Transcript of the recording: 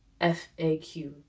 FAQ